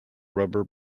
rubber